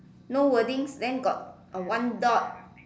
no wordings then got a one dot